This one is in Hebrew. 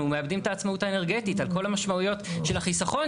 אנחנו מאבדים את העצמאות האנרגטית על כל המשמעויות של החיסכון